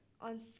on